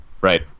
Right